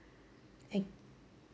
I